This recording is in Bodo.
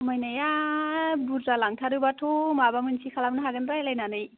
खमायनाया बुरजा लांथारोब्लाथ' माबा मोनसे खालामनो हागोन रायज्लायनानै